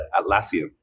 Atlassian